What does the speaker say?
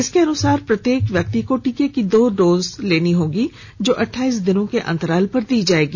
इसके अनुसार प्रत्येक व्यक्ति को टीके की दो डोज लेनी होगी जो अठाइस दिनों के अंतराल पर दी जाएगी